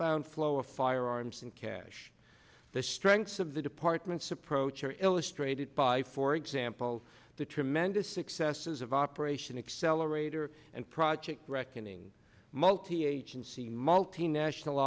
bound flow of firearms and cash the strengths of the department's approach are illustrated by for example the tremendous successes of operation accelerator and project reckoning multi agency multinational